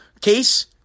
case